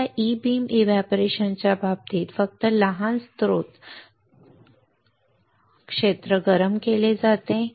तर या E beam evaporation च्या बाबतीत फक्त लहान स्त्रोत क्षेत्र गरम केले जाते